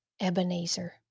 Ebenezer